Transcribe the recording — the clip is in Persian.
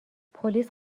پلیس